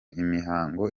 imihango